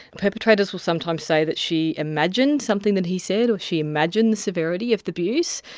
perpetrators will sometimes say that she imagined something that he said or she imagined the severity of the abuse.